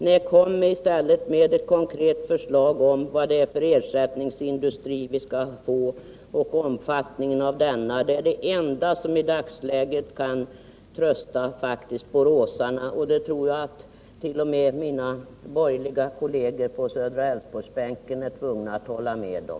Nej, kom i stället med ett konkret förslag om vad det är för ersättningsindustri vi skall få och omfattningen av denna. Detta är det enda som i dagsläget kan trösta boråsarna, det tror jag t.o.m. mina borgerliga kolleger på Södra Älvsborgsbänken är tvungna att hålla med om.